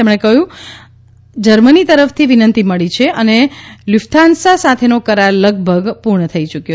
તેમણે કહ્યું અમને જર્મની તરફથી વિનંતી પણ મળી છે અને લુફથાન્સા સાથેનો કરાર લગભગ પૂર્ણ થઈ ચૂક્યો છે